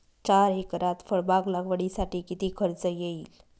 चार एकरात फळबाग लागवडीसाठी किती खर्च येईल?